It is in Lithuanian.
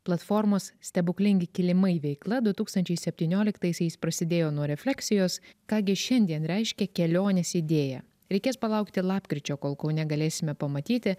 platformos stebuklingi kilimai veikla du tūkstančiai septynioliktaisiais prasidėjo nuo refleksijos ką gi šiandien reiškia kelionės idėja reikės palaukti lapkričio kol kaune galėsime pamatyti